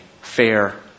fair